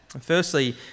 Firstly